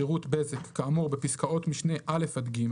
שירות בזק כאמור בפסקאות משנה (א) עד (ג)